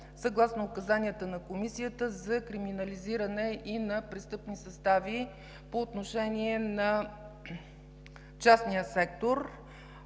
съгласно указанията на Комисията за криминализиране и на престъпни състави по отношение на частния сектор.